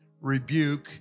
rebuke